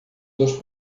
dos